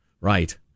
Right